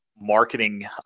marketing